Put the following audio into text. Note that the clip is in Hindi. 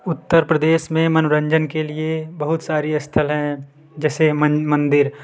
उत्तर प्रदेश में मनोरंजन के लिए बहुत सारी स्थल हैं जैसे मन मंदिर